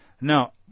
No